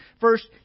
first